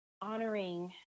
honoring